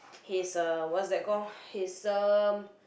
his um what's that call his um